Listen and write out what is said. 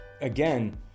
again